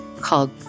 called